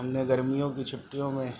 ہم نے گرمیوں کی چھٹیوں میں